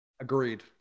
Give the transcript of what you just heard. Agreed